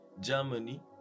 germany